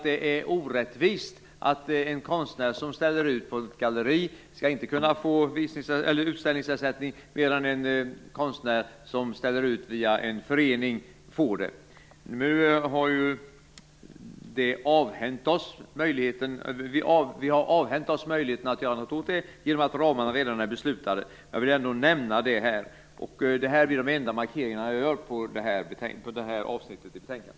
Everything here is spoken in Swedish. Det är orättvist att en konstnär som ställer ut på galleri inte skall kunna få utställningsersättning, medan en konstnär som ställer ut via en förening får det. Vi har nu avhänt oss möjligheten att göra något åt detta genom att ramarna redan är beslutade. Men jag vill ändå nämna det. Detta blir de enda markeringar jag gör på det här avsnittet i betänkandet.